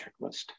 checklist